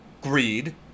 greed